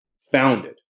founded